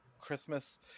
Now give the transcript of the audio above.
Christmas